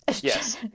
Yes